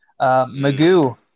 Magoo